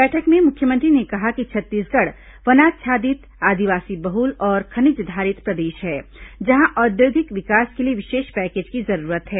बैठक में मुख्यमंत्री ने कहा कि छत्तीसगढ़ वनाच्छादित आदिवासी बहुल और खनिजधारित प्रदेश है जहां औद्योगिक विकास के लिए विशेष पैकेज की जरूरत है